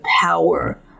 power